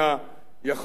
יכול אני להעיד